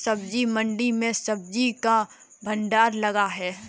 सब्जी मंडी में सब्जी का भंडार लगा है